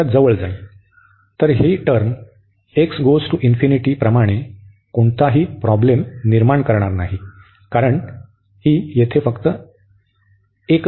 तर ही संज्ञा प्रमाणे कोणतीही प्रॉब्लेम निर्माण करणार नाही कारण ही येथे फक्त एक असेल